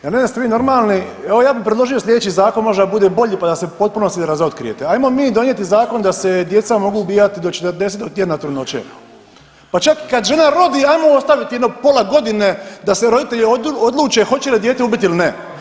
Ja ne znam jeste vi normalni, evo ja bi predložio sljedeći zakon možda bude bolji pa da se u potpunosti razotkrijete, ajmo mi donijeti zakon da se djeca mogu ubijati do 40. tjedna trudnoće, pa čak i kad žena rodi ajmo ostaviti jedno pola godine da se roditelji odluče hoće li dijete ubiti ili ne.